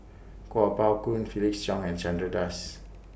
Kuo Pao Kun Felix Cheong and Chandra Das